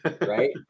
Right